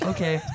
Okay